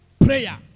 Prayer